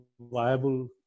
viable